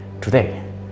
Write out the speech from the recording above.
today